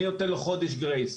אני נותן לו חודש גרייס,